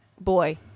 boy